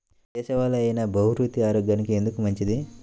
దేశవాలి అయినా బహ్రూతి ఆరోగ్యానికి ఎందుకు మంచిది?